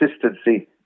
consistency